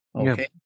Okay